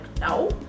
no